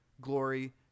glory